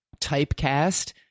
typecast